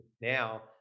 now